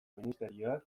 ministerioak